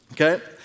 okay